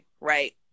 right